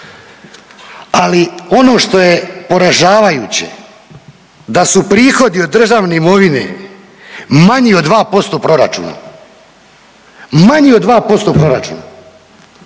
Ali ono što je poražavajuće da su prihodi od državne imovine manji od 2% proračuna, manji od 2% proračuna,